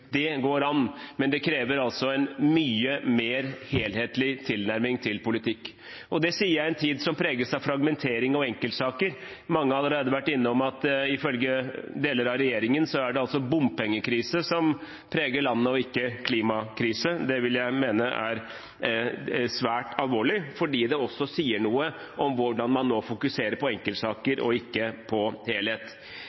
Det går an, men det krever altså en mye mer helhetlig tilnærming til politikk. Det sier jeg i en tid som preges av fragmentering og enkeltsaker. Mange har allerede vært innom at ifølge deler av regjeringen er det altså bompengekrise som preger landet, og ikke klimakrise. Det vil jeg mene er svært alvorlig fordi det også sier noe om hvordan man nå fokuserer på enkeltsaker